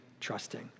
trusting